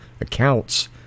accounts